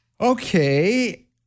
Okay